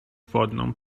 wodną